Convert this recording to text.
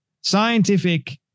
scientific